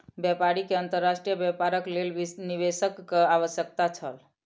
व्यापारी के अंतर्राष्ट्रीय व्यापारक लेल निवेशकक आवश्यकता छल